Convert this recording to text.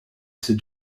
ses